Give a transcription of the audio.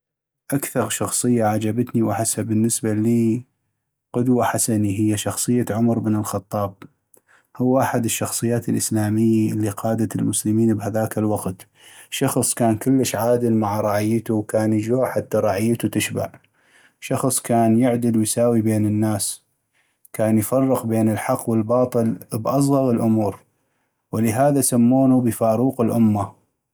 اكثغ شخصية عجبتي واحسها بالنسبة اللي قدوة حسني هي شخصية. عمر بن الخطاب ، هو أحد الشخصيات الاسلاميي اللي قادت المسلمين بهذاك الوقت ، شخص كان كلش عادل مع رعيتو وكان يجوع حتى رعيتو تشبع ،. شخص كان يعدل ويساوي بين الناس ، كان يفرق بين الحق والباطل باصغغ الأمور ولهذا سمونو بفاروق الأمة.